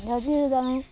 ଯଦି ଜଣେ